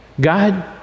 God